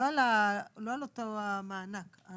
לא על אותו המענק הנוסף.